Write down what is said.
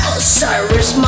Osiris